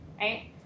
right